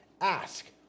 ask